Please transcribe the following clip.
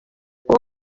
uwo